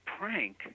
prank